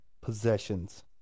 possessions